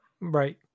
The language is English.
Right